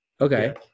okay